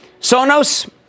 Sonos